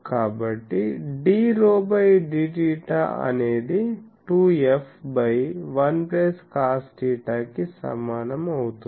కాబట్టి dρ dθ అనేది 2f 1cosθ కి సమానం అవుతుంది